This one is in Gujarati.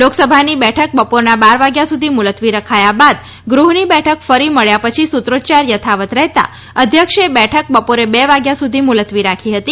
લોકસભાની બેઠક બપોરના બાર વાગ્યા સુધી મુલત્વી રખાયા બાદ ગૃહની બેઠક ફરી મળ્યા પછી સૂત્રોચ્યાર યથાવત રહેતા અધ્યક્ષે બેઠક બપોરે બે વાગ્યા સુધી મુલત્વી રાખી હતી